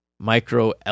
micro